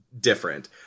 different